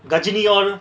kajini all